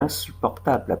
insupportables